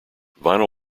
vinyl